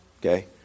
Okay